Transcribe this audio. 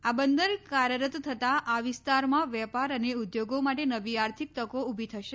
આ બંદર કાર્યરત થતાં આ વિસ્તારમાં વેપાર અને ઉદ્યોગો માટે નવી આર્થિક તકો ઉભી થશે